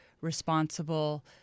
responsible